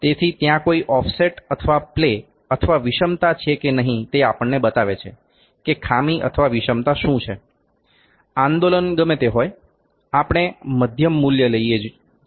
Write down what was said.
તેથી ત્યાં કોઈ ઓફસેટ અથવા પ્લે અથવા વિષમતા છે કે નહીં તે આપણને બતાવે છે કે ખામી અથવા વિષમતા શું છે આંદોલન ગમે તે હોય આપણે મધ્યમ મૂલ્ય લઈએ છીએ